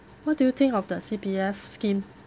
what do you think of the C_P_F scheme